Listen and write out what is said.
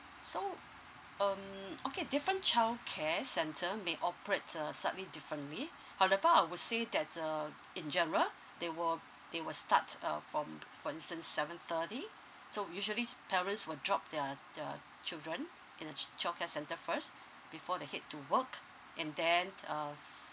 so um okay different childcare centre may operate uh slightly differently however I would say that uh in general they will they will start uh from for instance seven thirty so usually parents will drop their their children in a ch~ childcare centre first before they head to work and then uh